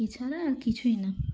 এছাড়া আর কিছুই না